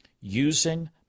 using